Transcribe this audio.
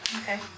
Okay